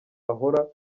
ahora